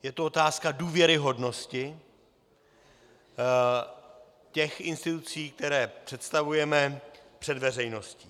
Je to otázka důvěryhodnosti těch institucí, které představujeme před veřejností.